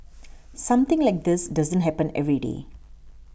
something like this doesn't happen every day